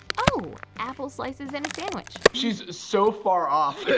oh! apple slices and a sandwich. she's so far off